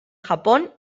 japón